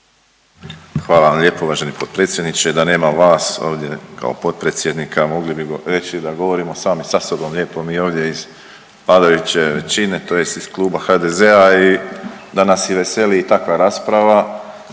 Hvala vam lijepo uvaženi potpredsjedniče, da nema vas ovdje kao potpredsjednika mogli bi reći da govorimo sami sa sobom lijepo mi ovdje iz vladajuće većine tj. iz Kluba HDZ-a i da nas i veseli takva rasprava